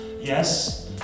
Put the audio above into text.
yes